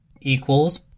equals